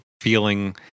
feeling